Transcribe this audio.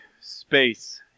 space